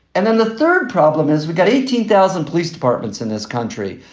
and then the third problem is we got eighteen thousand police departments in this country.